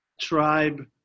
tribe